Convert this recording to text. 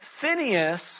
Phineas